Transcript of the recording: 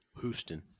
Houston